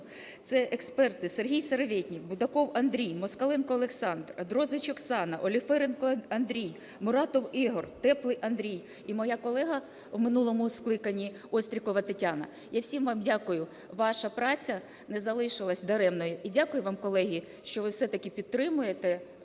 це експерти Сергій Сереветник, Будаков Андрій, Москаленко Олександр, Дрозіч Оксана, Оліфіренко Андрій, Муратов Ігор, Теплий Андрій і моя колега в минулому скликанні Острікова Тетяна. Я всім вам дякую, ваша праця не залишилася даремною і дякую вам, колеги, що ви все-таки підтримуєте